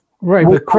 right